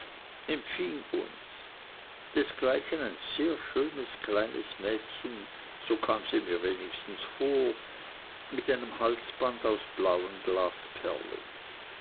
empfing uns desgleichen ein sehr schönes kleines mädchen so kam sie mir wenigstens vor mit einem halsband aus blauen glasperlen